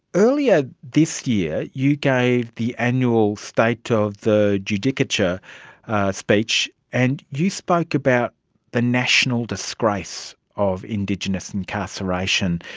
earlier this year, you gave the annual state of the judicature speech, and you spoke about the national disgrace of indigenous incarceration,